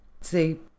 See